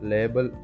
Label